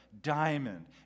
diamond